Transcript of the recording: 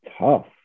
tough